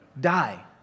die